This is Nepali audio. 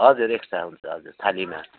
हजुर एक्स्ट्रा हुन्छ हजुर थालीमा